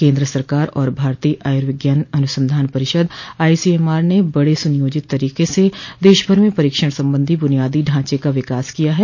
केन्द्र सरकार और भारतीय आयुर्विज्ञान अनुसंधान परिषद आईसीएमआर ने बड़े सुनियोजित तरीके से देशभर में परीक्षण संबंधी बूनियादी ढांचे का विकास किया है